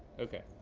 ok,